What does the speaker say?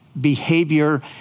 behavior